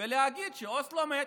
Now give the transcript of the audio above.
ולהגיד שאוסלו מת